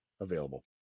available